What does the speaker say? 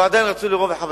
עדיין: רצוי לרוב אחיו,